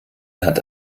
hat